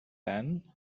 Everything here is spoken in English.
ann